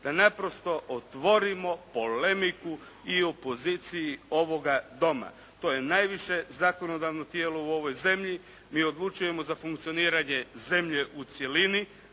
Da naprosto otvorimo polemiku i o poziciji ovoga Doma. To je najviše zakonodavno tijelo u ovoj zemlji, mi odlučujemo za funkcioniranje zemlje u cjelini,